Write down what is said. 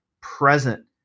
present